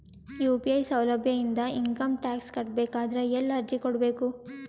UPI ಸೌಲಭ್ಯ ಇಂದ income tax ಕಟ್ಟಬೇಕಾದರ ಎಲ್ಲಿ ಅರ್ಜಿ ಕೊಡಬೇಕು?